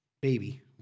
baby